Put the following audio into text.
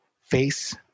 face